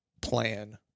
plan